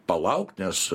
palaukt nes